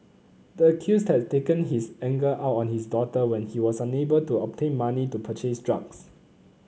the accused had taken his anger out on his daughter when he was unable to obtain money to purchase drugs